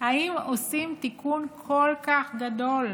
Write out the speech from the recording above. האם עושים תיקון כל כך גדול